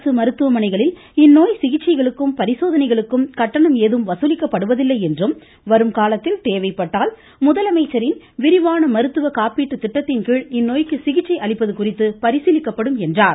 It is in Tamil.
அரசு மருத்துவமனைகளில் இந்நோய் சிகிச்சைகளுக்கும் பரிசோதனைகளுக்கும் கட்டணம் ஏதும் வசூலிக்கப்படுவதில்லை என்றும் வரும் காலத்தில் தேவைப்பட்டால் முதலமைச்சரின் விரிவான மருத்துவ காப்பீட்டு திட்டத்தின்கீழ் இந்நோய்க்கு சிகிச்சை அளிப்பது குறித்து பரிசீலிக்கப்படும் என்றார்